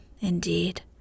indeed